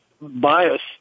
bias